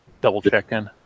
double-checking